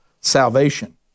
salvation